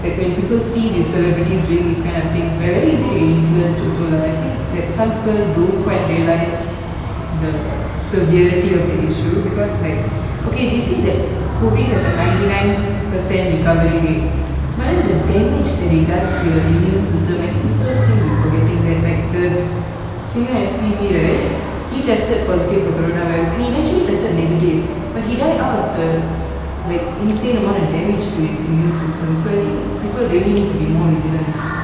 like when people see these celebrities doing these kind of things they're very easy to get influenced also lah I think that some people don't quite realise the severity of the issue because like okay they say that COVID has a ninety nine percent recovery rate but then the damage that it does to your immune system I think people seem to forgetting that like the singer S_P_V right he tested positive for coronavirus and eventually tested negative but he died out of the like insane amount of damage to his immune system so I think people really need to be more vigilant